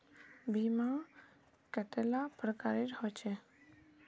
बीमा कतेला प्रकारेर होचे?